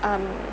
um